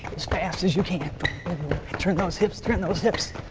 as fast as you can. turn those hips, turn those hips.